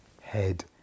head